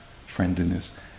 friendliness